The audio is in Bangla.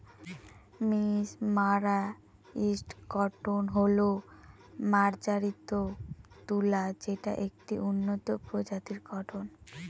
মেসমারাইসড কটন হল মার্জারিত তুলা যেটা একটি উন্নত প্রজাতির কটন